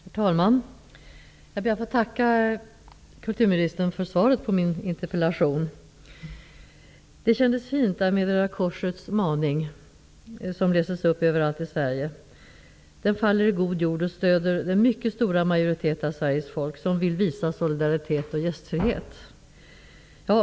Herr talman! Jag ber att få tacka kulturministern för svaret på min interpellation. Det kändes fint med Röda korsets maning, som lästes upp överallt i Sverige. Den faller i god jord och stöder den mycket stora majoritet av Sveriges folk som vill visa solidaritet och gästfrihet.